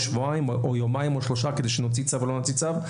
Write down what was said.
שבועיים או יומיים או שלושה כדי שנוציא צו או לא נוציא צו,